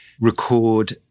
record